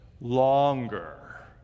longer